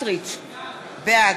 הערה: